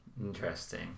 Interesting